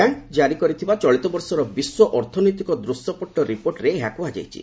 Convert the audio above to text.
bank ଜାରୀ କରିଥିବା ଚଳିତ ବର୍ଷର ବିଶ୍ୱ ଅର୍ଥନୈତିକ ଦୂଶ୍ୟପଟ୍ଟ ରିପୋର୍ଟରେ ଏହା କୁହାଯାଇଛି